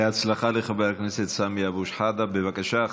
בבקשה.